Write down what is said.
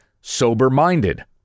sober-minded